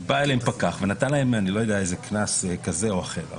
בא אליהם פקח ונתן להם קנס כזה או אחר.